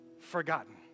forgotten